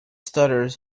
stutters